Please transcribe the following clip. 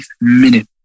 minute